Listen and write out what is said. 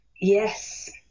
Yes